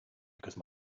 because